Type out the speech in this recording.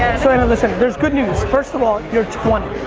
so and listen there's good news first of all, you're twenty